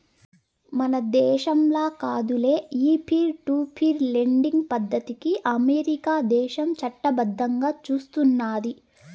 మన దేశంల కాదులే, ఈ పీర్ టు పీర్ లెండింగ్ పద్దతికి అమెరికా దేశం చట్టబద్దంగా సూస్తున్నాది